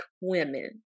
women